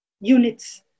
units